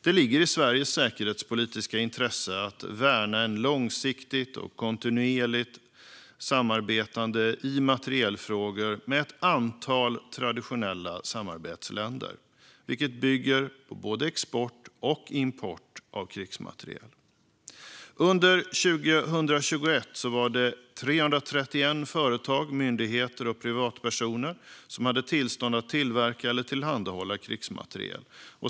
Det ligger i Sveriges säkerhetspolitiska intresse att värna ett långsiktigt och kontinuerligt samarbete i materielfrågor med ett antal traditionella samarbetsländer, vilket bygger på både export och import av krigsmateriel. Under 2021 hade 331 företag, myndigheter och privatpersoner tillstånd att tillverka eller tillhandahålla krigsmateriel.